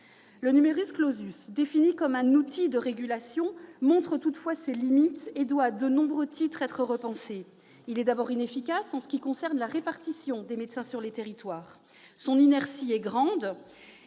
Le, défini comme un outil de régulation, montreses limites et doit, à de nombreux titres, être repensé. Il est d'abord inefficace en ce qui concerne la répartition des médecins sur les territoires. Ensuite, son inertie est grande.